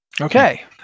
Okay